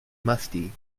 musty